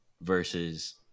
versus